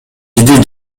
бизди